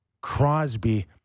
Crosby